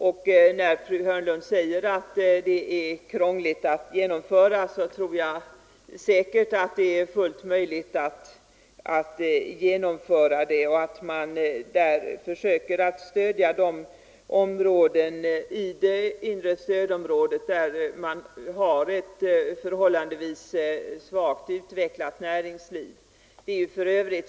Fru Hörnlund säger att en ytterligare differentiering är krånglig att genomföra. Jag tror att det är fullt möjligt att ytterligare differentiera stödet och att särskilt stödja de delar av det inre stödområdet som har ett förhållandevis svagt utvecklat näringsliv.